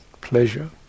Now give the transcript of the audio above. pleasure